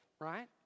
right